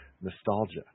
Nostalgia